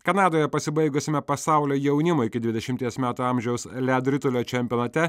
kanadoje pasibaigusiame pasaulio jaunimo iki dvidešimties metų amžiaus ledo ritulio čempionate